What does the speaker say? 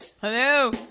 Hello